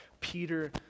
Peter